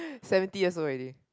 seventy years old already